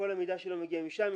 כל המידע שלו מגיע משם,